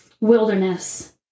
Wilderness